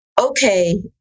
okay